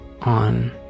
on